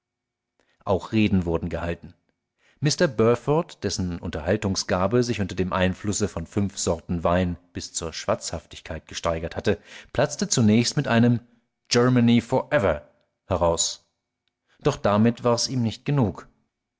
auch reden wurden gehalten mr burford dessen unterhaltungsgabe sich unter dem einflüsse von fünf sorten wein bis zur schwatzhaftigkeit gesteigert hatte platzte zunächst mit einem germany forever heraus doch damit war's ihm nicht genug